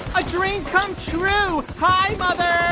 a dream come true. hi, mother